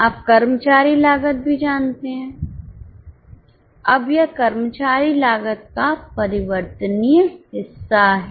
आप कर्मचारी लागत भी जानते हैं अब यह कर्मचारी लागत का परिवर्तनीय हिस्सा है